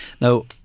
now